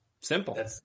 Simple